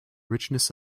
richness